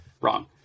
wrong